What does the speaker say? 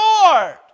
Lord